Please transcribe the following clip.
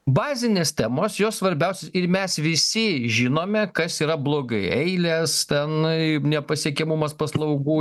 bazinės temos jos svarbiaus ir mes visi žinome kas yra blogai eilės tenai nepasiekiamumas paslaugų